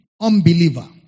unbeliever